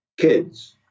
kids